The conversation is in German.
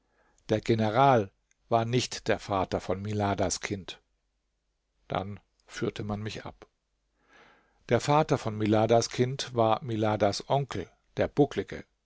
der general war nicht der vater von miladas kind dann führte man mich ab der vater von miladas kind war miladas onkel der